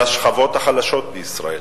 על השכבות החלשות בישראל.